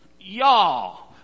y'all